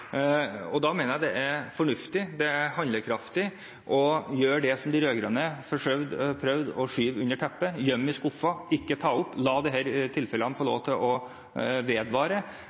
Da mener jeg det er fornuftig og handlekraftig å gjøre det som de rød-grønne prøvde å skyve under teppet og gjemme i skuffer og ikke ta opp, men la disse tilfellene få lov til å vedvare.